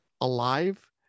alive